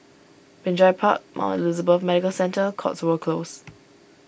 Binjai Park Mount Elizabeth Medical Centre Cotswold Close